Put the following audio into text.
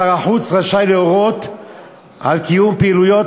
שר החוץ רשאי להורות על קיום פעילויות,